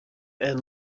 and